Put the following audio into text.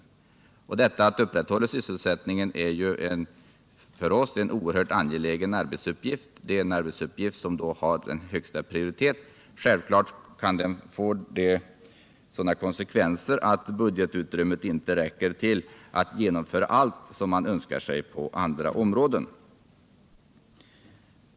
Och att upprätthålla sysselsättningen är för oss en oerhört angelägen arbetsuppgift. Självklart kan detta då få sådana konsekvenser att budgetutrymmet inte räcker för att genomföra allt man önskar sig på andra områden.